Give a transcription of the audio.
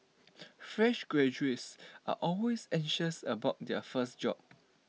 fresh graduates are always anxious about their first job